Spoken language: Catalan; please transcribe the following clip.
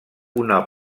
una